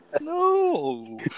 No